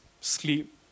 sleep